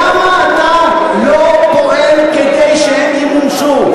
למה אתה לא פועל כדי שהם ימומשו?